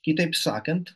kitaip sakant